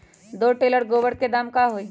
दो टेलर गोबर के दाम का होई?